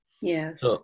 Yes